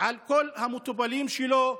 על כל המטופלים שלו,